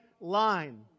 line